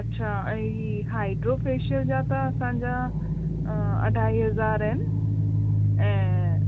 अछा ऐं hydro facial जा त असांजा अढाई हज़ार आहिनि ऐं